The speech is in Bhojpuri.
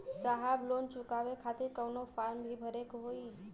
साहब लोन चुकावे खातिर कवनो फार्म भी भरे के होइ?